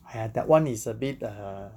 !haiya! that [one] is a bit uh